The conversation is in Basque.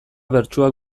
bertsuak